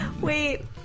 Wait